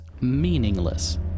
meaningless